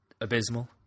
abysmal